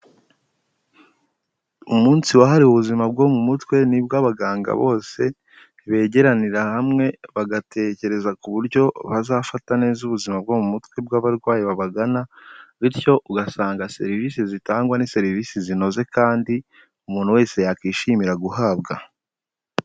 Umunsi wahariwe ubuzima bwo mu mutwe nibwo abaganga bose begeranira hamwe bagatekereza ku buryo bazafata neza ubuzima bwo mu mutwe bw'abarwayi babagana, bityo ugasanga serivisi zitangwa, ni serivisi zinoze kandi umuntu wese yakwishimira guhabwa.